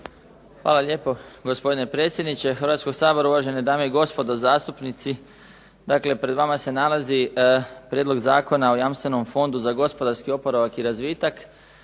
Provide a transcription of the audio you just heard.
Hvala lijepo. Gospodine predsjedniče Hrvatskog sabora, uvažene dame i gospodo zastupnici. Dakle, pred vama se nalazi prijedlog Zakona o jamstvenom fondu za gospodarski oporavak i razvitak.